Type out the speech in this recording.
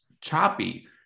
choppy